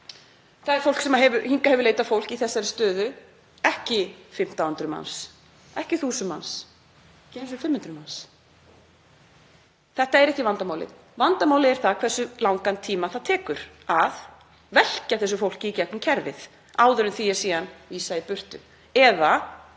sjálfu. Hingað hefur leitað fólk í þessari stöðu, ekki 1.500 manns, ekki 1.000 manns, ekki einu sinni 500 manns. Þetta er ekki vandamálið. Vandamálið er það hversu langan tíma það tekur að velkja þessu fólki í gegnum kerfið áður en því er síðan vísað í burtu.